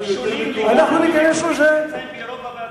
שונים לגמרי מאלה שנמצאים באירופה ובארצות-הברית.